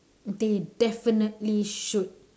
they definitely should